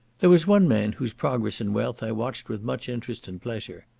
there was one man whose progress in wealth i watched with much interest and pleasure.